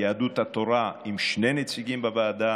יהדות התורה שני נציגים בוועדה,